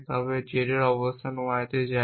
তবে z অবস্থান y তে যায়